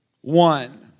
One